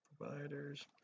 providers